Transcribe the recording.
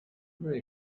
very